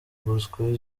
bosco